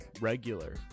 regular